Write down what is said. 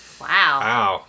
Wow